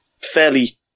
fairly